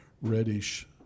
reddish